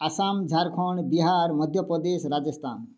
Assam Jharkhand Bihar Madhya Pradesh Rajasthan